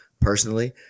personally